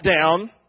down